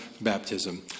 baptism